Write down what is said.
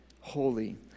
holy